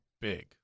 big